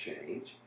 change